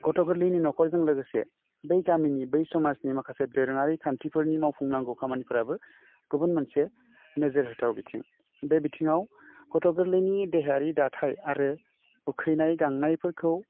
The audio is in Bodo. गथ' गोरलैनि नख'रजों लोगोसे बै गामिनि बै समाजनि माखासे दोरोङारि खान्थिफोरनि मावफुंनांगौ खामानिफ्राबो गुबुन मोनसे नोजोर होथाव बिथिं बे बिथिङाव गथ' गोरलैनि देहायारि दाथाइ आरो उखैनाय गांनायफोरखौ